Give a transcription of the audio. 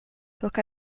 took